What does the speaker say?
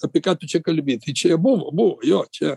apie ką tu čia kalbi tai čia buvo buvo jo čia